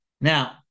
Now